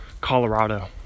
Colorado